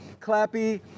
clappy